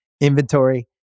inventory